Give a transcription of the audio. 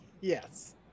Yes